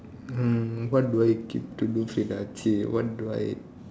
mm what do I keep to do fit ah what do I